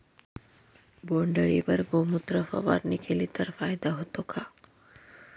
बोंडअळीवर गोमूत्र फवारणी केली तर फायदा होतो का?